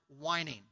whining